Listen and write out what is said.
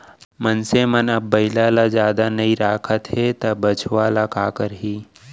मनसे मन अब बइला ल जादा नइ राखत हें त बछवा ल का करहीं